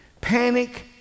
panic